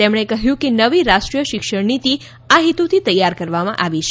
તેમણે કહ્યું કે નવી રાષ્ટ્રીય શિક્ષણ નીતિ આ હેતુથી તૈયાર કરવામાં આવી છે